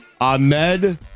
Ahmed